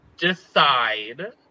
decide